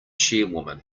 chairwoman